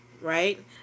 right